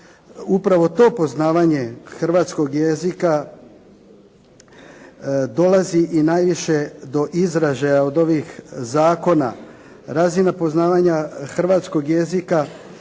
upravo to poznavanje hrvatskog jezika dolazi i najviše do izražaja od ovih zakona. Razina poznavanja hrvatskog jezika